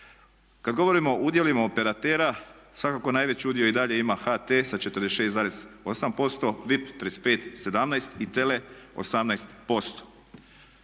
Kad govorimo o udjelima operatera svakako najveći udio i dalje ima HT sa 46,8%, VIP 35,17 i TELE 18%.